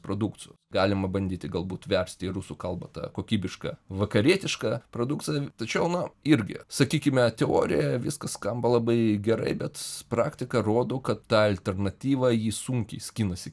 produkcijos galima bandyti galbūt versti į rusų kalbą tą kokybišką vakarietišką produkciją tačiau na irgi sakykime teorija viskas skamba labai gerai bet praktika rodo kad tą alternatyvą ji sunkiai skinasi